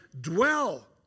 dwell